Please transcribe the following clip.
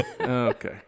okay